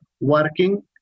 working